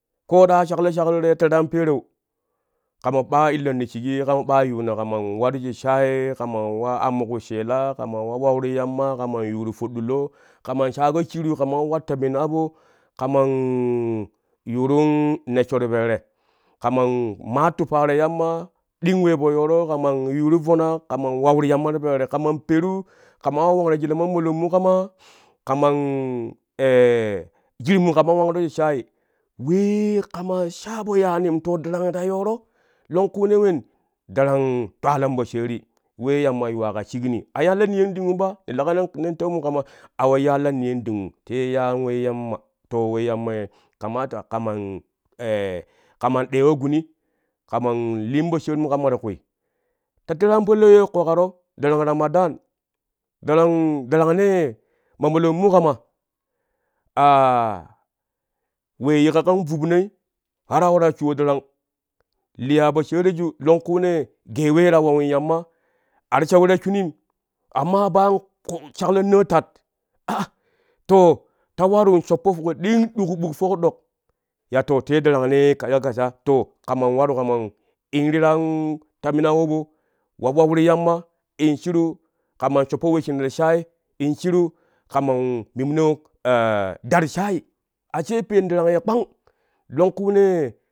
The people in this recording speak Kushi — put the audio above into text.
Koo ɗaa shaklo tei tere an pereu kama ɓaa illon ti shigi ye kama ɓaa yuuni kamar war she shaai kaman wa ammo ku sheela kaman wa wawru yamma kaman yuuru foɗɗulo kaman shaaƙo shiru kaman watta mina abo kaman yuurun nessho ti po tere kaman maatu paaro yamma ɗing wee po yooro kaman yuuru vonak kaman wawru yamma ti po tere tere kaman peru kaman wa wangro jele mamda nmu kama kaman jirimmu kaman wangro shik shaai wee kamai shabo yaani to darangi ta yooro longkunee wen darang twalan poshaari wee yamma yuwaa ka shikni a yaan la niyonɗingum pa ne leƙa nen teumu kama a we yaan la niyonɗingum te yaan we yamma to we yamma ye kamata kaman kaman dewo guni kaman liin po shaarimu kama ti kwi ta tere an parlau ye ƙoƙaro darang ramadan darang darangnee mamolonmu kama we yiƙƙa ka po vuvnoi har we waraa shuwo darang liya po shaariju longkunee gee wee ta wawin yamma a ti sha we ta shunim amma bayan shaklo naatat aa to ta waru shoppo tok ɗing ti ƙu ɓuk fok dok ya to le darangnee kaza kaza to kamar waru kaman in ri ta mina abo wa wawru yamma in shiru kaman shoppo wesshina ti shaai in shiru kaman mipno da ti shaai ashe peen darang ye kpang longkunee